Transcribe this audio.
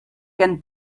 can